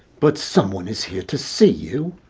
but someone is here to see you.